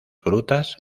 frutas